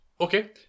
Okay